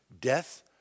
death